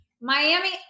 Miami